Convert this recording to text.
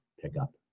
pickup